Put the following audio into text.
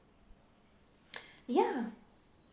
ya